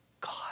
God